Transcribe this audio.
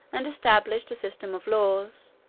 and established a system of laws,